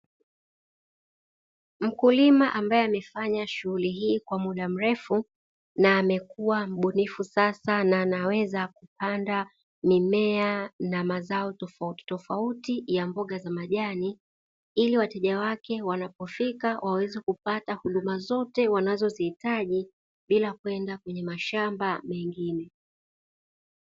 Mkulima ambaye amefanya shughuli hii kwa muda mrefu na amekuwa mbunifu sasa na anaweza kupanda mimea na mazao tofautitofauti ya mboga za majani ili wateja wake wanapofika waweze kupata huduma zote wanazoziitaji bila kwenda kwenye mashamba mengine.